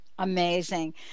amazing